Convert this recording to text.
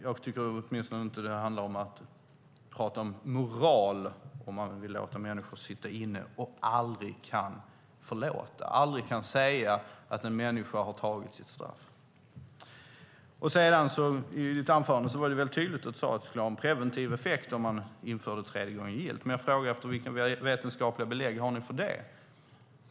Jag tycker åtminstone inte att det handlar om moral om man vill låta människor sitta inne och aldrig kan förlåta, aldrig kan säga att en människa har tagit sitt straff. Kent Ekeroth sade väldigt tydligt i sitt anförande att det skulle ha en preventiv effekt om man införde tredje gången gillt. Jag frågade då vilka vetenskapliga belägg ni har för det.